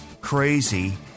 crazy